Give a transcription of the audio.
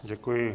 Děkuji.